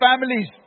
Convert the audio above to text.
families